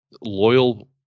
loyal